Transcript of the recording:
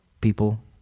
people